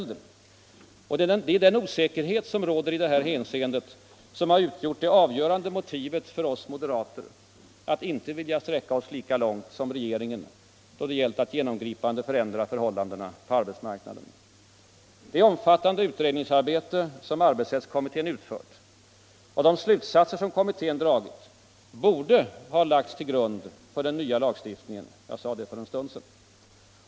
Det är den osäkerhet som råder i detta hänseende som har utgjort det avgörande motivet för oss moderater till att inte vilja sträcka oss lika långt som regeringen då det gällt att genomgripande förändra förhållandena på arbetsmarknaden. Det omfattande utredningsarbete som arbetsrättskommittén utfört, och de slutsatser som kommittén dragit, borde ha lagts till grund för den nya lagstiftningen —- jag sade det för en stund sedan.